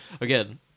Again